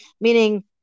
Meaning